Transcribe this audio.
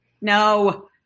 No